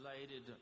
related